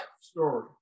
story